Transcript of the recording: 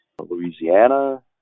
Louisiana